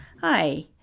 Hi